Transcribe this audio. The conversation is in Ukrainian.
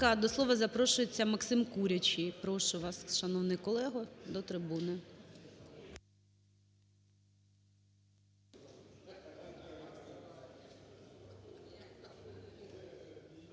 до слова запрошується Максим Курячий. Прошу вас, шановний колего, до трибуни.